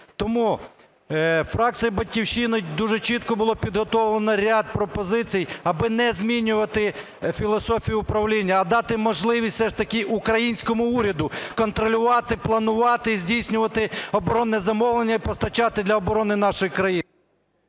Тому фракцією "Батьківщина" дуже чітко було підготовлено ряд пропозицій аби не змінювати філософію управління, а дати можливість все ж таки українському уряду контролювати, планувати і здійснювати оборонне замовлення і постачати для оборони нашої країни.